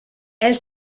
elle